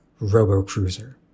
Robocruiser